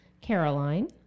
Caroline